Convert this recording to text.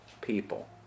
people